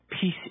Peace